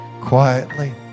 quietly